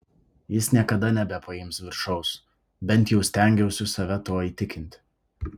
jis niekada nebepaims viršaus bent jau stengiausi save tuo įtikinti